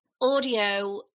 audio